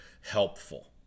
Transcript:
helpful